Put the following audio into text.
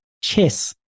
chess